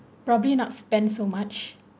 probably not spend so much